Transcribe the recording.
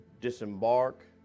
disembark